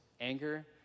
anger